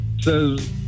Says